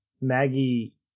Maggie